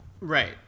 Right